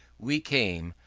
we came,